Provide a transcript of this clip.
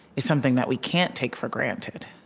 is something that we can't take for granted